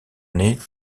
nés